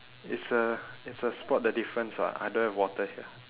it's a it's a spot the difference [what] I don't have water here